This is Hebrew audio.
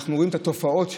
אנחנו רואים את התופעות שיש: